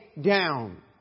down